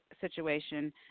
situation